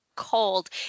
cold